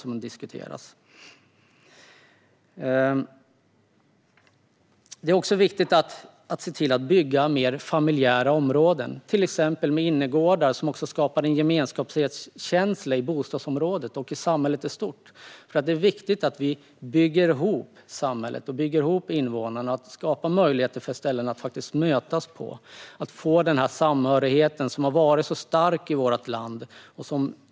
Man måste även bygga mer familjära områden med till exempel innergårdar som skapar en känsla av gemenskap i bostadsområdet och i samhället i stort. Det är viktigt att bygga ihop samhället och invånarna och skapa ställen där man kan mötas för att få den samhörighet som har varit så stark i vårt land.